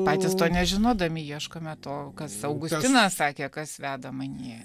patys to nežinodami ieškome to kas augustinas sakė kas veda manyje